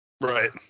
Right